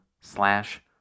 slash